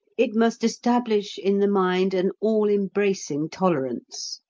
it must establish in the mind an all-embracing tolerance.